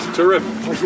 Terrific